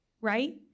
right